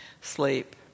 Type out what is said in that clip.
sleep